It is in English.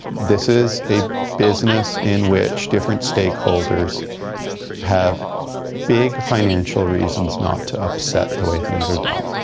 this is a business in which different stakeholders have big financial reasons not to upset the way things are done.